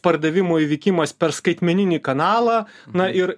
pardavimų įvykimas per skaitmeninį kanalą na ir